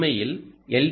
உண்மையில் எல்